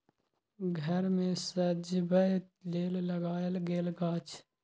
घर मे सजबै लेल लगाएल गेल गाछ